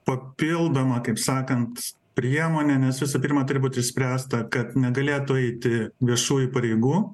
papildoma kaip sakant priemonė nes visų pirma turi būti išspręsta kad negalėtų eiti viešųjų pareigų